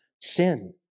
sin